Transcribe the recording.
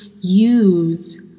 use